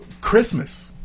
Christmas